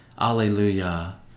Alleluia